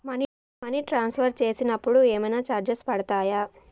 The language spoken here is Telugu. మనీ ట్రాన్స్ఫర్ చేసినప్పుడు ఏమైనా చార్జెస్ పడతయా?